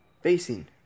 facing